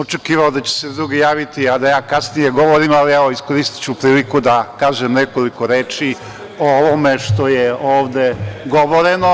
Očekivao sam da će se drugi prijaviti, a da ja kasnije govorim, ali evo, iskoristiću priliku da kažem nekoliko reči o ovome što je ovde govoreno.